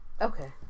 Okay